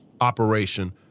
Operation